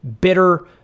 bitter